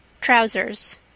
Trousers